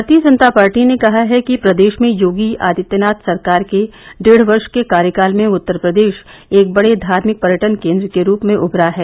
भारतीय जनता पार्टी ने कहा है कि प्रदेश में योगी आदित्यनाथ सरकार के डेढ़ वर्ष के कार्यकाल में उत्तर प्रदेश एक बड़े धार्मिक पर्यटन केन्द्र के रूप में उभरा है